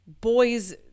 boys